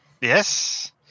Yes